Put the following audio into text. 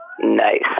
Nice